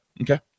Okay